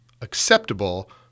acceptable